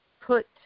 put